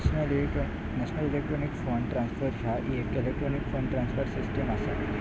national electronic fund transfer ह्या येक electronic fund transfer system असा